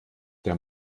der